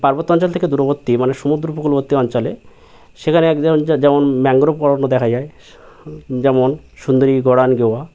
পার্বত্য অঞ্চল থেকে দূরবর্তী মানে সমুদ্র উপকূলবর্তী অঞ্চলে সেখানে এক যেমন ম্যানগ্রোভ অরণ্য দেখা যায় যেমন সুন্দরী গরান গেঁওয়া